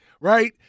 right